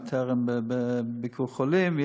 בביקור-חולים,